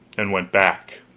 and went back.